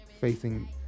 facing